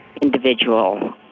individual